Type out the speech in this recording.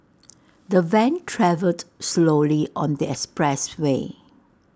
the van travelled slowly on the expressway